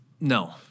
No